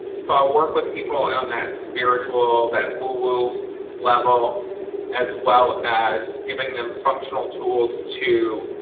so i'll work with people on that spiritual that woo-woo level as well as giving them functional tools to